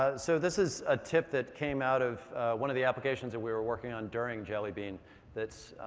ah so this is a tip that came out of one of the applications that we were working on during jelly bean that's.